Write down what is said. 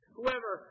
Whoever